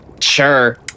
Sure